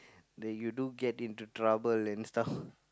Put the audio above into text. that you do get into trouble and stuff